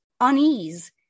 unease